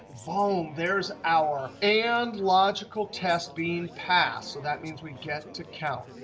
boom. there's our and logical test being passed. so that means we get to count.